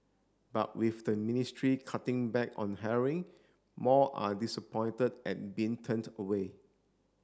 but with the ministry cutting back on hiring more are disappointed at being turned away